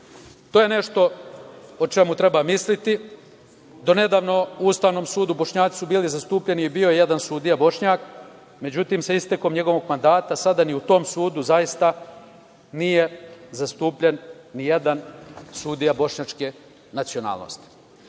To je nešto o čemu treba misliti. Donedavno u Ustavnom sudu Bošnjaci su bili zastupljeni i bio je jedan sudija Bošnjak, međutim sa istekom njegovog mandata sada ni u tom sudu zaista nije zastupljen ni jedan sudija bošnjačke nacionalnosti. Stoga